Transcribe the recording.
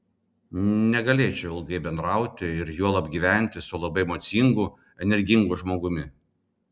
negalėčiau ilgai bendrauti ir juolab gyventi su labai emocingu energingu žmogumi